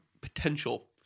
potential